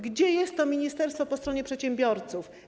Gdzie jest to ministerstwo po stronie przedsiębiorców?